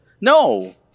No